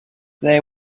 they